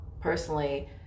personally